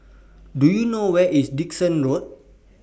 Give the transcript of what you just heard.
Do YOU know Where IS Dickson Road